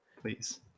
Please